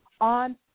on